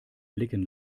blicken